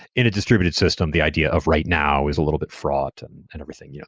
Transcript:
in a distributed system, the idea of right now is a little bit fraud and and everything. yeah